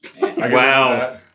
Wow